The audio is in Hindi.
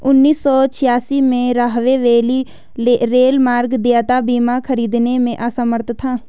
उन्नीस सौ छियासी में, राहवे वैली रेलमार्ग देयता बीमा खरीदने में असमर्थ था